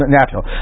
natural